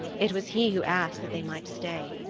it was he who asked that they might stay.